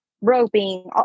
roping